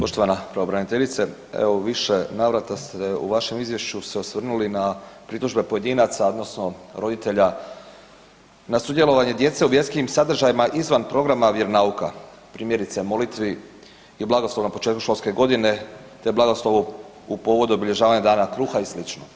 Poštovana pravobraniteljice evo u više navrata ste u vašem izvješću se osvrnuli na pritužbe pojedinaca odnosno roditelja na sudjelovanje djece u vjerskim sadržajima izvan programa vjeronauka, primjerice molitvi i blagoslovu na početku školske godine te blagoslovu u povodu obilježavanja dana kruha i slično.